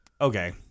Okay